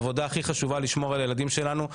עבודה הכי חשובה בלשמור על הילדים שלנו.